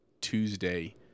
Tuesday